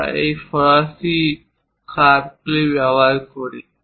আমরা এই ফরাসী কার্ভগুলি ব্যবহার করি